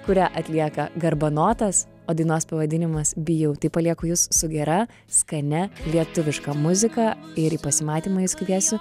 kurią atlieka garbanotas o dainos pavadinimas bijau tai palieku jus su gera skania lietuviška muzika ir į pasimatymą jus kviesiu